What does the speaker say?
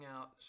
out